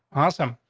awesome.